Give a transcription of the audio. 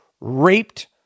raped